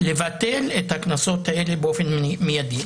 לבטל את הקנסות האלה באופן מידי.